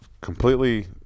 completely